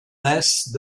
naissent